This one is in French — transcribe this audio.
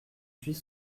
suis